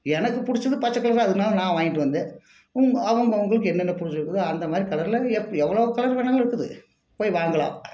எனக்கு பிடிச்சது பச்சை கலர் அதனால நான் வாங்கிட்டு வந்தேன் அவங்க அவங்களுக்கு என்னனென்ன பிடிச்சிருக்குதோ அந்தமாதிரி கலரில் எப்படி எவ்வளவு கலர் வேணுனாலும் இருக்குது போய் வாங்கலாம்